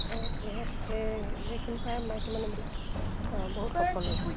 ইহঁত এইখিনি পায় মাইকী মানুহবিলাক বহুত সফল হৈছে